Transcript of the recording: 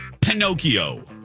Pinocchio